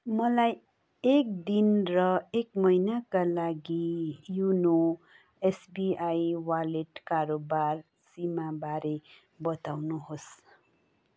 मलाई एक दिन र एक महिनाका लागि योनो एसबिआई वालेट कारोबार सीमा बारे बताउनुहोस्